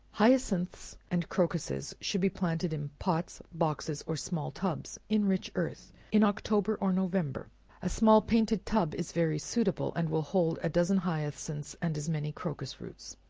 hyacinths and crocuses should be planted in pots, boxes, or small tubs, in rich earth, in october or november a small painted tub is very suitable, and will hold a dozen hyacinths, and as many crocus roots.